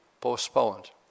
postponed